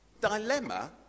dilemma